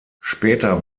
später